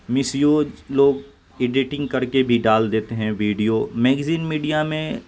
مس use لوگ editing کر کے بھی ڈال دیتے ہیں ویڈیو میگزین میڈیا میں